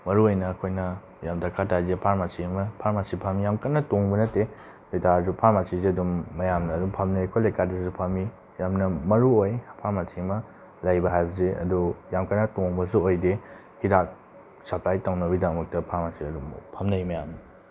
ꯃꯔꯨ ꯑꯣꯏꯅ ꯑꯩꯈꯣꯏꯅ ꯌꯥꯝ ꯗꯔꯀꯥꯔ ꯇꯥꯏꯁꯦ ꯐꯥꯔꯃꯥꯁꯤ ꯑꯃ ꯐꯥꯔꯃꯥꯁꯤ ꯐꯝꯃꯤ ꯌꯥꯝ ꯀꯟꯅ ꯇꯣꯡꯕ ꯅꯠꯇꯦ ꯑꯗꯨ ꯑꯣꯏ ꯇꯥꯔꯁꯨ ꯐꯥꯔꯃꯥꯁꯤꯁꯦ ꯑꯗꯨꯝ ꯃꯌꯥꯝꯅ ꯑꯗꯨꯝ ꯐꯝꯅꯩ ꯑꯩꯈꯣꯏ ꯂꯩꯀꯥꯏꯗꯁꯨ ꯐꯝꯃꯤ ꯌꯥꯝꯅ ꯃꯔꯨ ꯑꯣꯏ ꯐꯥꯔꯃꯥꯁꯤ ꯑꯃ ꯂꯩꯕ ꯍꯥꯏꯕꯁꯤ ꯑꯗꯨ ꯌꯥꯝ ꯀꯟꯅ ꯇꯣꯡꯕꯁꯨ ꯑꯣꯏꯗꯦ ꯍꯤꯗꯥꯛ ꯁꯄ꯭ꯂꯥꯏ ꯇꯧꯅꯕꯒꯤꯗꯃꯛꯇ ꯐꯥꯔꯃꯥꯁꯤꯁꯦ ꯑꯗꯨꯝ ꯐꯝꯅꯩ ꯃꯌꯥꯝꯅ